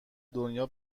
دنیا